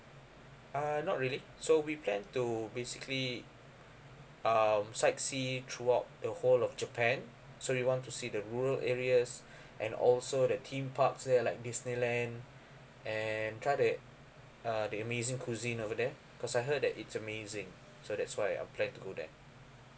uh not really so we plan to basically um sightsee throughout the whole of japan so we want to see the rural areas and also the theme parks there like disneyland and try the uh the amazing cuisine over there cause I heard that it's amazing so that's why I plan to go there